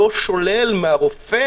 לא שולל מהרופא